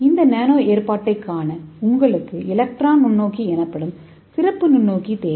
இந்த நானோ ஏற்பாட்டைக்காண உங்களுக்கு எலக்ட்ரான் நுண்ணோக்கி எனப்படும் சிறப்பு நுண்ணோக்கி தேவை